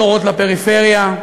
בשורות לפריפריה.